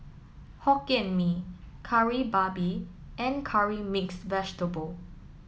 Hokkien Mee Kari Babi and Curry Mixed Vegetable